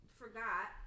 forgot